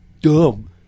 dumb